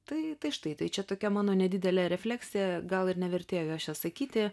tai tai štai čia tokia mano nedidelė refleksija gal ir nevertėjo jos čia sakyti